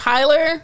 Tyler